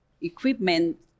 equipment